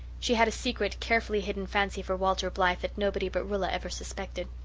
she had a secret, carefully-hidden fancy for walter blythe that nobody but rilla ever suspected.